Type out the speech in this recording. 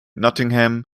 nottingham